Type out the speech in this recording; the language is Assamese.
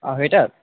আঢ়ৈটাত